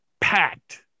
packed